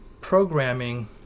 programming